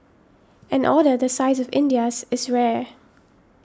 an order the size of India's is rare